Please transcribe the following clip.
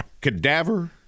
Cadaver